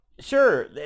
Sure